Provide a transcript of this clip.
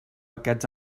aquests